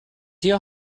your